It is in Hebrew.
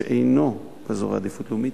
שאינו באזורי עדיפות לאומית,